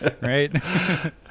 right